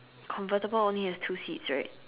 convertible only has two seats right